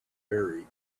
very